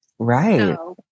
right